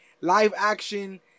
live-action